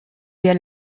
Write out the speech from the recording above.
wir